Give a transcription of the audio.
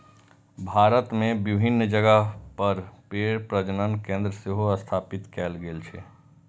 भारत मे विभिन्न जगह पर भेड़ प्रजनन केंद्र सेहो स्थापित कैल गेल छै